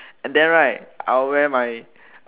and then right I will wear my